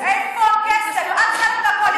אבל הפקרתם את הילדים.